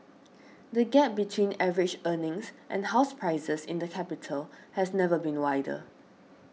the gap between average earnings and house prices in the capital has never been wider